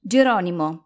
Geronimo